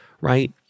right